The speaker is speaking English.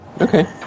Okay